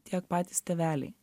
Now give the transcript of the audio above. tiek patys tėveliai